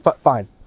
Fine